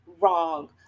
wrong